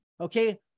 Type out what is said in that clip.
okay